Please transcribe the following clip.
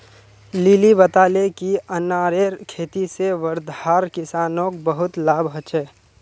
lily बताले कि अनारेर खेती से वर्धार किसानोंक बहुत लाभ हल छे